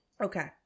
Okay